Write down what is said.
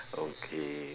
okay